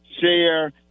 share